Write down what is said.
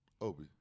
Obi